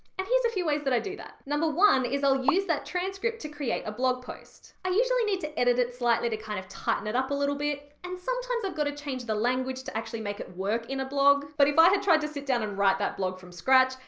and here's a few ways that i do that. number one is i'll use that transcript to create a blog post. i usually need to edit it slightly to kind of tighten it up a little bit and sometimes i've got to change the language to actually make it work in a blog. but if i had tried to sit down and write that blog from scratch,